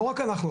לא רק אנחנו.